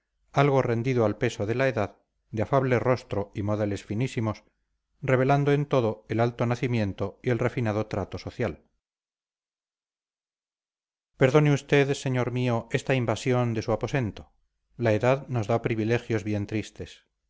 algo rendido al peso de la edad de afable rostro y modales finísimos revelando en todo el alto nacimiento y el refinado trato social perdone usted señor mío esta invasión de su aposento la edad nos da privilegios bien tristes